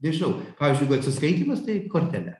nežinau pavyzdžiui jeigu atsiskaitymas tai kortele